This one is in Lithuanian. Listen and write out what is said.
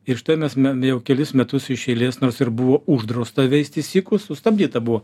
ir štai mes me jau kelis metus iš eilės nors ir buvo uždrausta veisti sykus sustabdyt abu